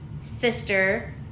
sister